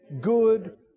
good